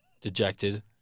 dejected